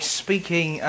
speaking